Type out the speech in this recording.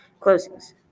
Closings